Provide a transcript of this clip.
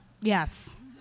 yes